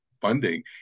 funding